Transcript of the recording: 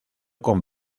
con